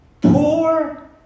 poor